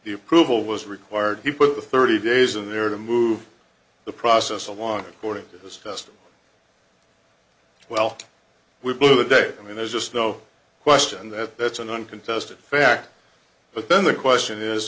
the approval was required he put the thirty days in there to move the process along according to this test well we blew the day i mean there's just no question that that's an uncontested fact but then the question is